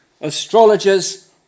astrologers